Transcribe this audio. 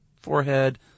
forehead